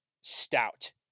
stout